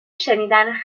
شنیدن